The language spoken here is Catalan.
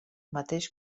mateix